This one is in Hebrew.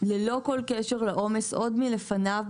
ללא כל קשר לעומס ועוד לפניו,